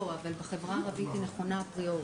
לא, אבל בחברה הערבית היא נכונה אפריורי.